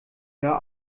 hör